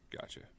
Gotcha